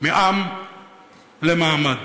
מעם למעמד,